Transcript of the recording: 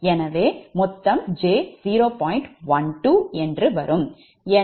எனவே மொத்தம் j 0